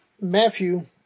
Matthew